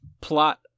plot